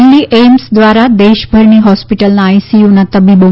Delhi AIIMS દ્રારા દેશભરની હોસ્પીટલનાં આઈસીયુંમાં તબીબો